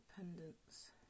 independence